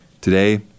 Today